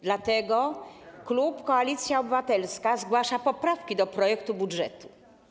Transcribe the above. Dlatego klub Koalicja Obywatelska zgłasza poprawki do projektu budżetu.